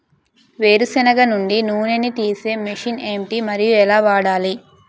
వేరు సెనగ నుండి నూనె నీ తీసే మెషిన్ ఏంటి? మరియు ఎలా వాడాలి?